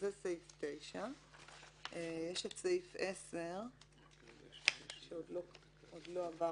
זה סעיף 9. יש סעיף 10 שעוד לא עברנו